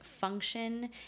function